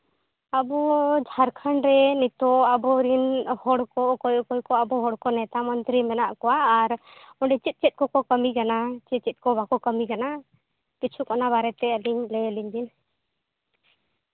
ᱟᱵᱚ ᱡᱷᱟᱲᱠᱷᱚᱸᱰ ᱨᱮ ᱱᱤᱛᱳᱜ ᱟᱵᱚ ᱨᱤᱱ ᱦᱚᱲ ᱠᱚ ᱚᱠᱚᱭ ᱚᱠᱚᱭ ᱠᱚ ᱟᱵᱚ ᱦᱚᱲᱠᱚ ᱱᱮᱛᱟ ᱢᱚᱱᱛᱨᱤ ᱢᱮᱱᱟᱜ ᱠᱚᱣᱟ ᱟᱨ ᱚᱸᱰᱮ ᱪᱮᱫ ᱪᱮᱫ ᱠᱚᱠᱚ ᱠᱟᱹᱢᱤ ᱠᱟᱱᱟ ᱥᱮ ᱪᱮᱫ ᱠᱚ ᱵᱟᱠᱚ ᱠᱟᱹᱢᱤ ᱠᱟᱱᱟ ᱠᱤᱪᱷᱩ ᱚᱱᱟ ᱵᱟᱨᱮᱛᱮ ᱟᱹᱞᱤᱧ ᱞᱟᱹᱭᱟᱞᱤᱧ ᱵᱤᱱ